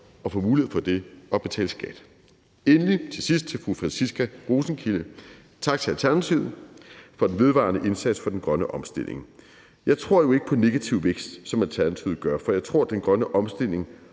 og få mulighed for det at betale skat? Endelig vil jeg til sidst til fru Franciska Rosenkilde sige tak til Alternativet for den vedvarende indsats for den grønne omstilling. Jeg tror jo ikke på negativ vækst, som Alternativet gør, for jeg tror, den grønne omstilling